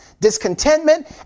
discontentment